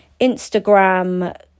Instagram